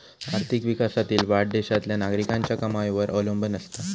आर्थिक विकासातील वाढ देशातल्या नागरिकांच्या कमाईवर अवलंबून असता